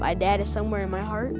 my dad is somewhere in my heart